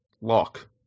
lock